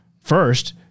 first